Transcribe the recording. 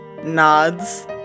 nods